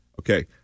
Okay